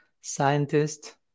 scientist